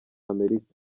amerika